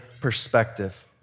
perspective